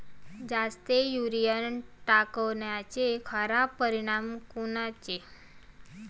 जास्त युरीया टाकल्याचे खराब परिनाम कोनचे?